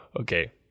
okay